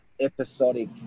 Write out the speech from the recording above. episodic